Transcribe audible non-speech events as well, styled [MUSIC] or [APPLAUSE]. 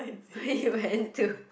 [LAUGHS] he went to